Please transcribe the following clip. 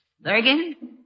Bergen